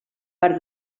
per